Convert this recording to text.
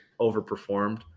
overperformed